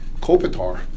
Kopitar